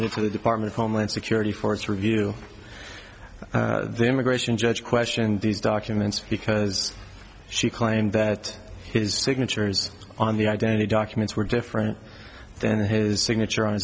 to the department of homeland security for its review the immigration judge questioned these documents because she claimed that his signatures on the identity documents were different than his signature on